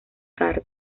cargo